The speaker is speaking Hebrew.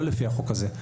לא לפי החוק הזה,